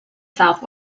south